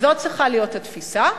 זו צריכה להיות התפיסה,